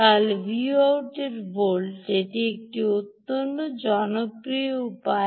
output এ volt এটি একটি জনপ্রিয় উপায়